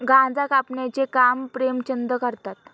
गांजा कापण्याचे काम प्रेमचंद करतात